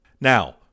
Now